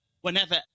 Whenever